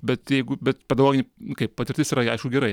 bet jeigu bet pedagoginė kaip patirtis yra aišku gerai